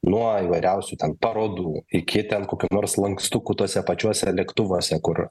nuo įvairiausių ten parodų iki ten kokių nors lankstukų tuose pačiuose lėktuvuose kur